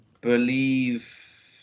believe